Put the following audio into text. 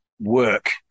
work